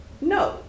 no